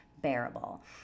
bearable